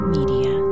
Media